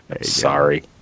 Sorry